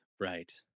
Right